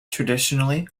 traditionally